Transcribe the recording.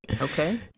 okay